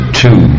two